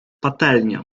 patelnia